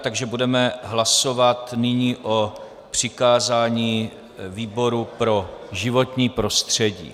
Takže budeme hlasovat nyní o přikázání výboru pro životní prostředí.